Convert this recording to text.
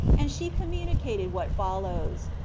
and she communi cated what follows.